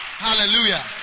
Hallelujah